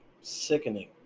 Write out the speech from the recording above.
sickening